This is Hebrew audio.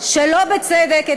שלא בצדק,